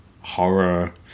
horror